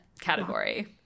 category